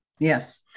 Yes